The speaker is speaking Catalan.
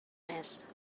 més